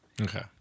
Okay